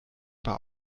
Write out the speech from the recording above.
aber